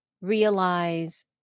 realize